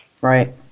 Right